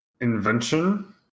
Invention